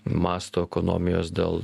masto ekonomijos dėl